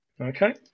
Okay